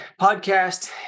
podcast